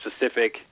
specific